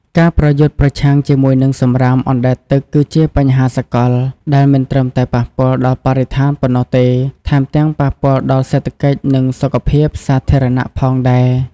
ការប្រយុទ្ធប្រឆាំងជាមួយនឹងសំរាមអណ្តែតទឹកគឺជាបញ្ហាសកលដែលមិនត្រឹមតែប៉ះពាល់ដល់បរិស្ថានប៉ុណ្ណោះទេ ថែមទាំងប៉ះពាល់ដល់សេដ្ឋកិច្ច និងសុខភាពសាធារណៈផងដែរ។